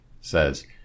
says